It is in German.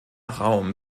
raum